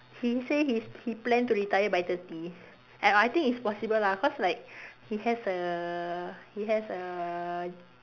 he say his he plan to retire by thirty and I think it's possible lah cause like he has a he has a